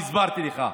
והסברתי לך.